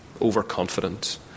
Overconfident